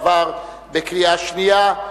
עברה בקריאה שנייה.